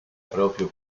proprio